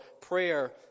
prayer